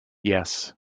yes